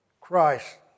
Christ